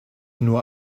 nur